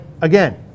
again